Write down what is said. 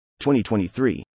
2023